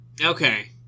Okay